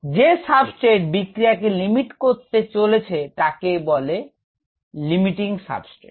যে সাবস্টেট বিক্রিয়াকে লিমিট করতে চলেছে তাই হল লিমিটিং সাবস্টেট